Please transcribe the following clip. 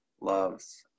loves